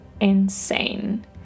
insane